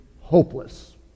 hopeless